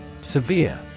Severe